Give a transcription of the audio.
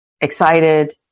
excited